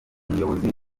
umuyobozi